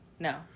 No